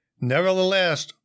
Nevertheless